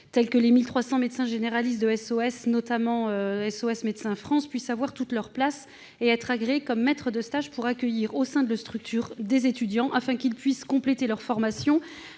tels que les 1 300 médecins généralistes de SOS Médecins France, puissent avoir toute leur place et être agréés maîtres de stage pour accueillir au sein de leur structure des étudiants, afin qu'ils puissent compléter leur formation